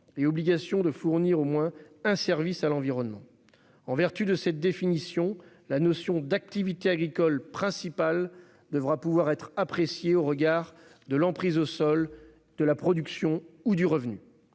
et l'obligation de fournir au moins un service à l'environnement. En vertu de cette définition, la notion d'activité agricole principale devra pouvoir être appréciée au regard de l'emprise au sol, de la production ou du revenu.